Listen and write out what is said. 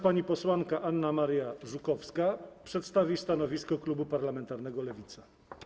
Pani posłanka Anna Maria Żukowska przedstawi stanowisko klubu parlamentarnego Lewica.